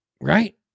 Right